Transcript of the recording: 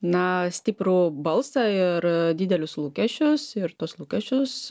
na stiprų balsą ir didelius lūkesčius ir tuos lūkesčius